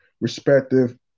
respective